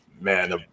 man